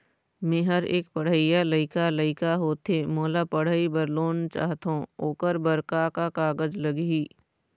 मेहर एक पढ़इया लइका लइका होथे मोला पढ़ई बर लोन चाहथों ओकर बर का का कागज लगही?